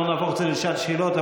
לא נהפוך את זה לשעת שאלות.